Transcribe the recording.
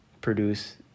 produce